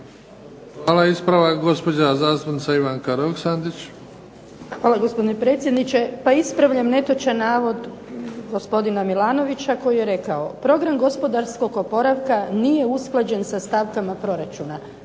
Hvala. Ispravak gospođa zastupnica Ivanka Roksandić. **Roksandić, Ivanka (HDZ)** Hvala gospodine predsjedniče. Pa ispravljam netočan navod gospodina Milanovića koji je rekao. Program gospodarskog oporavka nije usklađen sa stavkama proračuna.